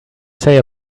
say